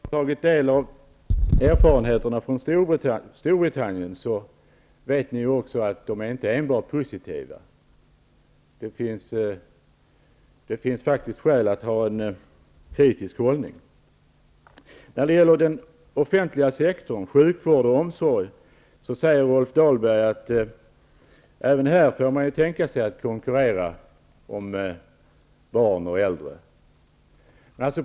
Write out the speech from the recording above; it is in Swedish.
Fru talman! Om ni har tagit del av erfarenheterna från Storbritannien, vet ni också att de inte är enbart positiva. Det finns skäl att inta en kritisk hållning. Rolf Dahlberg sade att man även inom den offentliga sektorn, sjukvård och omsorg, kan tänka sig att konkurrera om barn och äldre.